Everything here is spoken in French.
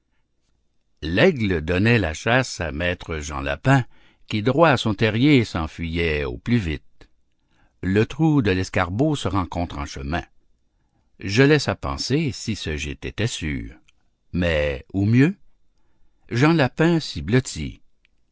l'aigle donnait la chasse à maître jean lapin qui droit à son terrier s'enfuyait au plus vite le trou de l'escarbot se rencontre en chemin je laisse à penser si ce gîte était sûr mais où mieux jean lapin s'y blottit